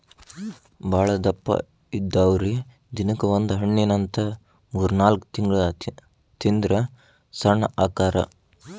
ಬಾಳದಪ್ಪ ಇದ್ದಾವ್ರು ದಿನಕ್ಕ ಒಂದ ಹಣ್ಣಿನಂತ ಮೂರ್ನಾಲ್ಕ ತಿಂಗಳ ತಿಂದ್ರ ಸಣ್ಣ ಅಕ್ಕಾರ